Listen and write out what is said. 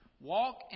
walk